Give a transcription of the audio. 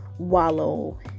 wallow